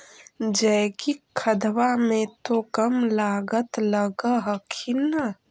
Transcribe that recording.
जैकिक खदबा मे तो कम लागत लग हखिन न?